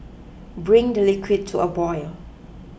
bring the liquid to a boil